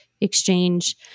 exchange